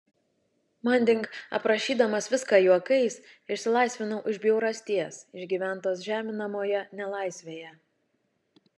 manding aprašydamas viską juokais išsilaisvinau iš bjaurasties išgyventos žeminamoje nelaisvėje